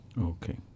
Okay